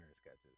sketches